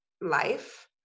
life